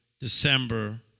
December